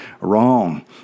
wrong